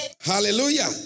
Hallelujah